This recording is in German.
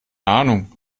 ahnung